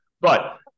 But-